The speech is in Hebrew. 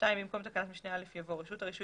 במקום תקנת משנה (א) יבוא: "(א)רשות הרישוי